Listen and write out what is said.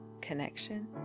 connection